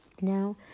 Now